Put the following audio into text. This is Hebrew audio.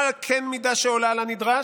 מה כן מידה שעולה על הנדרש?